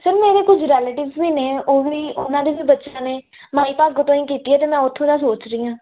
sir ਮੇਰੇ ਕੁਝ relatives ਵੀ ਨੇ ਉਹ ਵੀ ਉਹਨਾਂ ਦੇ ਵੀ ਬੱਚਿਆਂ ਨੇ ਮਾਈ ਭਾਗੋ ਤੋਂ ਹੀ ਕੀਤੀ ਹੈ ਅਤੇ ਮੈਂ ਉੱਥੋਂ ਦਾ ਸੋਚ ਰਹੀ ਹਾਂ